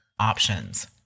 options